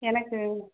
எனக்கு